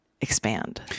expand